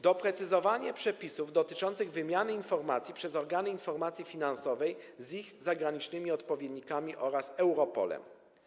Doprecyzowanie przepisów dotyczących wymiany informacji przez organy informacji finansowej z ich zagranicznymi odpowiednikami oraz Europolem.